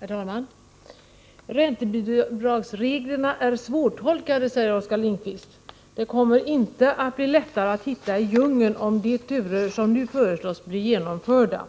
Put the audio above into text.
Herr talman! Räntebidragsreglerna är svårtolkade, säger Oskar Lindkvist. Ja, det kommer inte att bli lättare att hitta i den djungeln, om de regler som nu föreslås blir genomförda.